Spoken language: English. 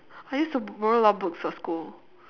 I used to bo~ borrow a lot of books for school